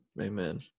Amen